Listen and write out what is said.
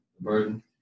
burden